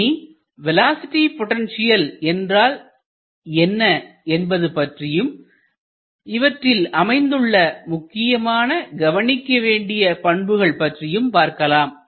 இனி velocity potential என்றால் என்ன என்பது பற்றியும் இவற்றில் அமைந்துள்ள முக்கியமான கவனிக்கவேண்டிய பண்புகள் பற்றியும் பார்க்கலாம்